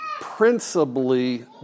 principally